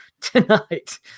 tonight